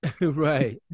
right